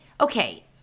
okay